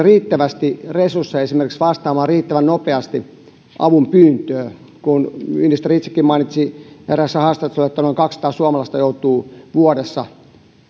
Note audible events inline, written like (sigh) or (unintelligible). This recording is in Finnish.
(unintelligible) riittävästi resursseja esimerkiksi vastaamaan riittävän nopeasti avunpyyntöön kuten ministeri itsekin mainitsi eräässä haastattelussa noin kaksisataa suomalaista vuodessa joutuu